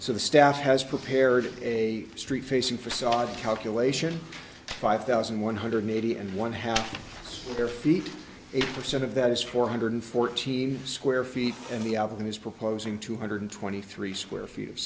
so the staff has prepared a street facing facade calculation five thousand one hundred eighty and one half their feet eighty percent of that is four hundred fourteen square feet and the album is proposing two hundred twenty three square feet of